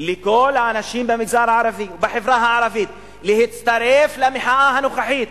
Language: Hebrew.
לכל האנשים במגזר הערבי ובחברה הערבית להצטרף למחאה הנוכחית,